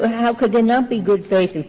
how could there not be good faith?